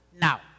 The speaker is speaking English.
Now